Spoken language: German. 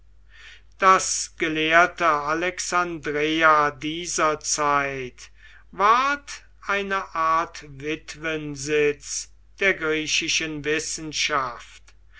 das gelehrte alexandreia dieser zeit ward eine art witwensitz der griechischen wissenschaft